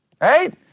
right